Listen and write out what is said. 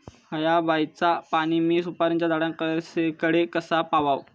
हया बायचा पाणी मी सुपारीच्या झाडान कडे कसा पावाव?